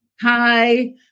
Hi